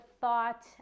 thought